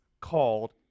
called